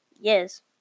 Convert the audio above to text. Yes